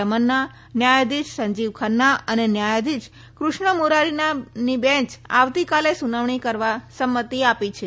રમન્ના ન્યાયધીશ સંજીવ ખન્ના અને ન્યાયધીશ ક્રષ્ણ મુરારીના બેય આવતી કાલે સુનવણી કરવા સંમતિ આપી છે